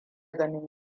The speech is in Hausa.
ganin